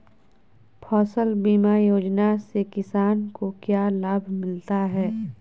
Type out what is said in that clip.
फसल बीमा योजना से किसान को क्या लाभ मिलता है?